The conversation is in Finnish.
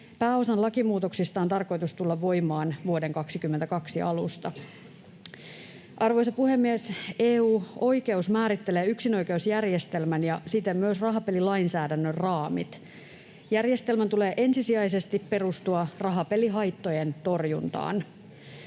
Pääosan lakimuutoksista on tarkoitus tulla voimaan vuoden 22 alusta. Arvoisa puhemies! EU-oikeus määrittelee yksinoikeusjärjestelmän ja siten myös rahapelilainsäädännön raamit. Järjestelmän tulee ensisijaisesti perustua rahapelihaittojen torjuntaan.